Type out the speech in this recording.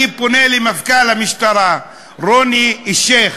אני פונה למפכ"ל המשטרה רוני אלשיך,